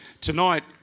tonight